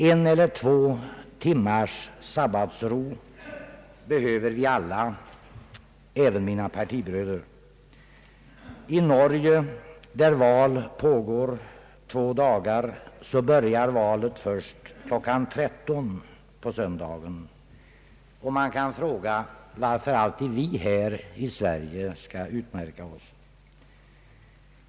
En eller två timmars sabbatsro behöver vi alla, även mina partibröder. I Norge, där val pågår under två dagar, börjar valet först kl. 13 på söndagen, och man kan fråga sig varför vi här i Sverige alltid skall utmärka oss.